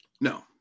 No